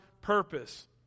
purpose